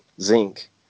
zinc